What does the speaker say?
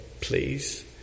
please